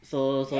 so so